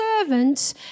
servants